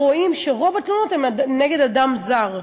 רואים שרוב התלונות הן נגד אדם זר.